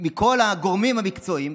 מכל הגורמים המקצועיים,